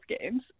games